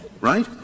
Right